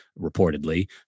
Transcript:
reportedly